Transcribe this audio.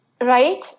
right